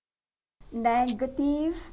negative